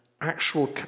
actual